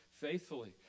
faithfully